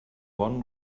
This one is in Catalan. bon